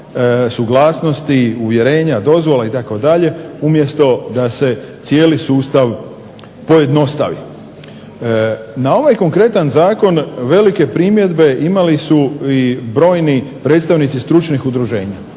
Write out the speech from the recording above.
suglasnosti, uvjerenja, dozvola itd. umjesto da se cijeli sustav pojednostavi. Na ovaj konkretan zakon velike primjedbe imali su i brojni predstavnici stručnih udruženja.